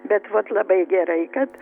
bet vat labai gerai kad